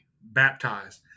baptized